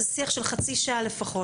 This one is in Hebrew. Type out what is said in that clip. זה שיח של חצי שעה לפחות.